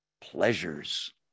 pleasures